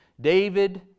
David